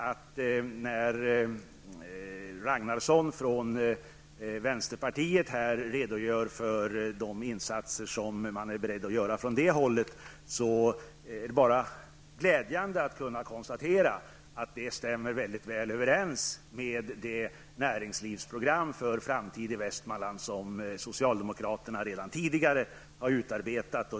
När Jan-Olof Ragnarsson från vänsterpartiet redogör för de insatser som hans parti är berett att göra är det bara glädjande att kunna konstatera att de stämmer mycket väl överens med det näringslivsprogram för framtid i Västmanland som socialdemokraterna redan tidigare har utarbetat.